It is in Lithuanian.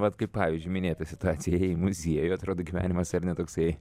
vat kaip pavyzdžiui minėta situacija ėjai į muziejų atrodo gyvenimas ar ne toksai